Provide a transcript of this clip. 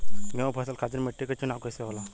गेंहू फसल खातिर मिट्टी के चुनाव कईसे होला?